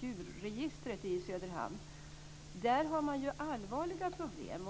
djurregistret i Söderhamn. Där har man allvarliga problem.